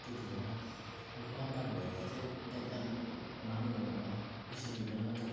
त्यतिखेर अनि त कम्पार्ट भएर चाहिँ त्यहाँदेखिन् आमाहरूले भन्नुभयो मलाई यसरी हुँदैन तँ